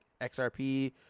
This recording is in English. XRP